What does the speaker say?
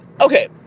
okay